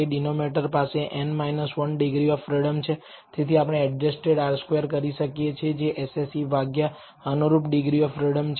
denominator પાસે n 1 degree of freedom છે તેથી આપણે એડજસ્ટેડ R સ્ક્વેર કરી શકીએ કે જે SSE ભાગ્યા અનુરૂપ ડિગ્રી ઓફ ફ્રીડમ છે